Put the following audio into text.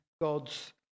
God's